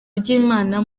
ry’imana